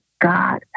God